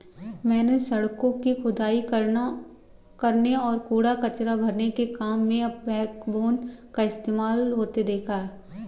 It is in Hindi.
मैंने सड़कों की खुदाई करने और कूड़ा कचरा भरने के काम में बैकबोन का इस्तेमाल होते देखा है